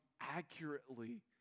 accurately